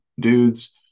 dudes